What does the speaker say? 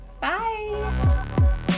Bye